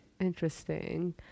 interesting